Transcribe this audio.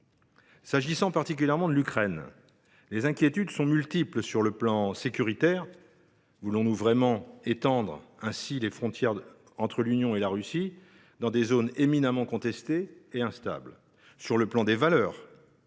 S’agissant particulièrement de l’Ukraine, les inquiétudes sont multiples : sur le plan sécuritaire – voulons nous vraiment étendre ainsi les frontières entre l’Union et la Russie, dans des zones éminemment contestées et instables ?